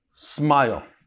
Smile